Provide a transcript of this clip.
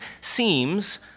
seems